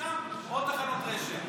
ומשם עוד תחנות רשת.